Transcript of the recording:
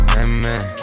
amen